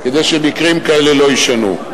כדי שמקרים כאלה לא יישנו.